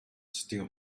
still